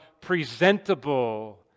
presentable